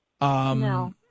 No